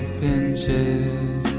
pinches